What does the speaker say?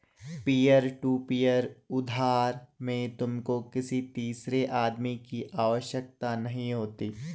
peer to peer उधार में तुमको किसी तीसरे आदमी की आवश्यकता नहीं होती